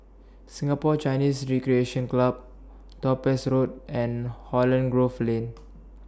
Singapore Chinese Recreation Club Topaz Road and Holland Grove Lane